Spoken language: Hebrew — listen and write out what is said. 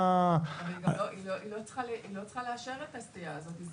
היא לא צריכה לאשר את הסטייה הזאת.